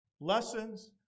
lessons